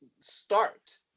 start